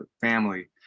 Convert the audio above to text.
family